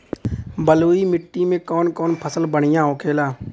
बलुई मिट्टी में कौन कौन फसल बढ़ियां होखेला?